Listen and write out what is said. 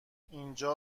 اینجا